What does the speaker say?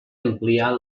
ampliar